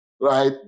right